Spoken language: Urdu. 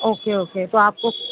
اوکے اوکے تو آپ کو